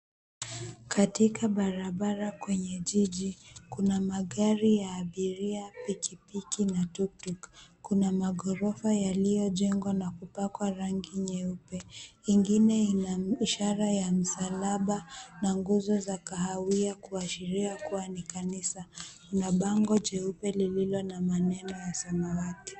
Katika barabara kwenye jiji, kuna magari ya abiria, pikipiki na tuktuk. Kuna maghorofa yaliyojengwa na kupakwa rangi nyeupe. Ingine ina ishara ya msalaba na nguzo za kahawia kuashiria kuwa ni kanisa. Na bango jeupe lililo na maneno ya samawati.